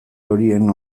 horien